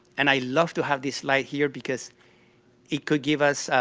and i love to have this slide here because it could give us